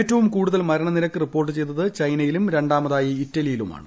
ഏറ്റവും കൂടുതൽ മരണനിരക്ക് റിപ്പോർട്ട് ചെയ്തത് ചൈനയിലും രണ്ടാമതായി ഇറ്റലിയുമാണ്